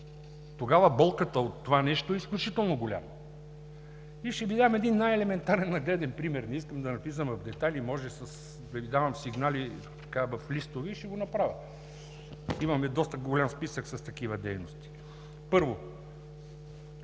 Тогава болката от това нещо е изключително голяма. Ще Ви дам един най-елементарен нагледен пример. Не искам да навлизам в детайли, мога да Ви давам сигнали – и ще го направя, имаме доста голям списък с такива дейности.